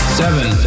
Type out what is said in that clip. seven